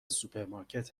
سوپرمارکت